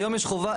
היום יש חובה,